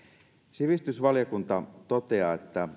sivistysvaliokunta toteaa että